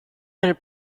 nel